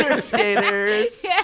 skaters